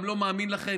אני גם לא מאמין לכם.